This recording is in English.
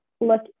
look